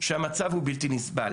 שהמצב הוא בלתי נסבל.